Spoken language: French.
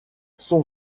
son